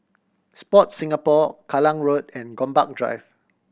Sport Singapore Kallang Road and Gombak Drive